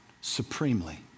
supremely